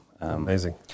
Amazing